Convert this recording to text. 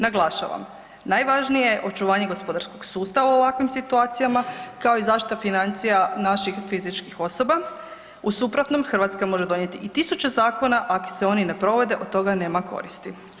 Naglašavam, najvažnije je očuvanje gospodarskog sustava u ovakvim situacijama kao i zaštita financija naših fizičkih osoba u suprotnom Hrvatska može donijeti i tisuće zakona ako se oni ne provode od toga nema koristi.